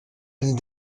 une